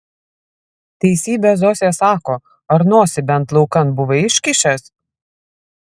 teisybę zosė sako ar nosį bent laukan buvai iškišęs